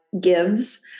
gives